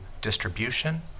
distribution